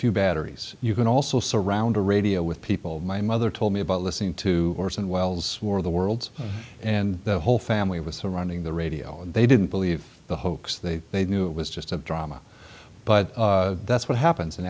few batteries you can also surround a radio with people my mother told me about listening to orson welles war the world and the whole family was surrounding the radio and they didn't believe the hoax they knew it was just of drama but that's what happens in